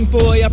boy